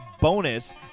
bonus